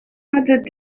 other